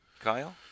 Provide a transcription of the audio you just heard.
Kyle